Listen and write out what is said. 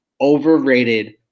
overrated